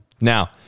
Now